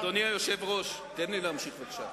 אדוני היושב-ראש, תן לי להמשיך בבקשה.